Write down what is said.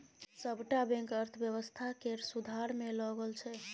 सबटा बैंक अर्थव्यवस्था केर सुधार मे लगल छै